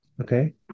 Okay